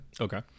Okay